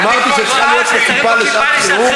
אמרתי שצריכה להיות פה כיפה לשעת-חירום.